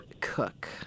cook